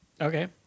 Okay